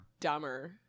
dumber